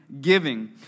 giving